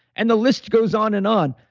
and the list goes on and on.